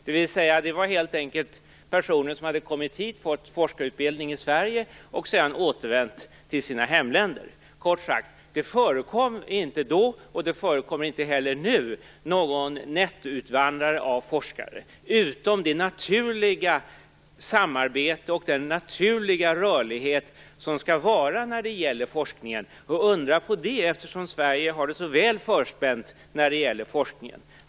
Det var helt enkelt personer som hade kommit hit, fått forskarutbildning i Sverige och sedan återvänt till sina hemländer. Det förekom kort sagt inte då, och det förekommer inte heller nu, någon nettoutvandring av forskare. Det enda som förekommer är det naturliga samarbete och den naturliga rörlighet som det skall vara när det gäller forskningen. Det är inget att undra över - Sverige har det ju väl förspänt när det gäller forskningen.